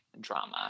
drama